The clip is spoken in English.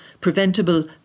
preventable